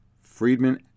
Friedman